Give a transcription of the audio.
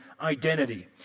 identity